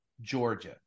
Georgia